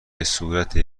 بهصورت